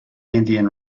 indian